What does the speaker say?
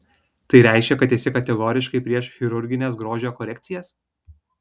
tai reiškia kad esi kategoriškai prieš chirurgines grožio korekcijas